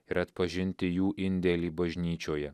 ir atpažinti jų indėlį bažnyčioje